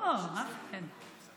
אוה, אחמד.